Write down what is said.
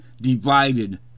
divided